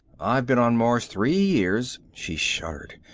i've been on mars three years. she shuddered.